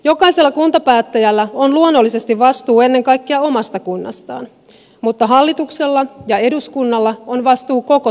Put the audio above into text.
jokaisella kuntapäättäjällä on luonnollisesti vastuu ennen kaikkea omasta kunnastaan mutta hallituksella ja eduskunnalla on vastuu koko suomesta